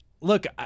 Look